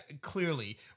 clearly